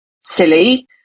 silly